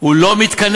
הוא לא מתכנס.